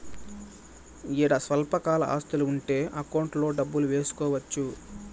ఈడ స్వల్పకాల ఆస్తులు ఉంటే అకౌంట్లో డబ్బులు వేసుకోవచ్చు